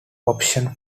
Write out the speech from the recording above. option